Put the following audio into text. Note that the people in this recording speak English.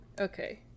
Okay